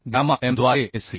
gamma M द्वारे Sd